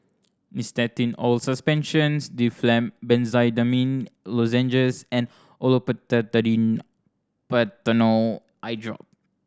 Nystatin Oral Suspension Difflam Benzydamine Lozenges and Olopatadine Patanol Eyedrop